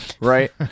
right